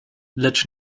lecz